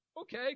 Okay